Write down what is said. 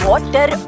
Water